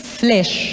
flesh